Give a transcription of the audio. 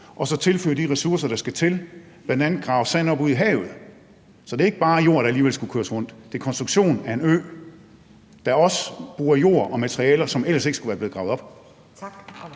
og så tilføre de ressourcer, der skal til, bl.a. ved at grave sand op ude i havet? Så det er ikke bare jord, der alligevel skulle køres rundt; det er konstruktionen af en ø, der også bruger jord og materialer, som ellers ikke skulle være gravet op.